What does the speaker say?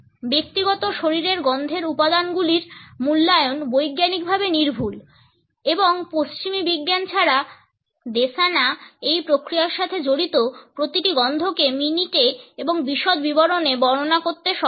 ব্যক্তিগত শরীরের গন্ধের উপাদানগুলির মূল্যায়ন বৈজ্ঞানিকভাবে নির্ভুল এবং পশ্চিমী বিজ্ঞানী ছাড়া দেস্যানা এই প্রক্রিয়ার সাথে জড়িত প্রতিটি গন্ধকে মিনিটে এবং বিশদ বিবরণে বর্ণনা করতে সক্ষম